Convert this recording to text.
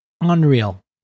unreal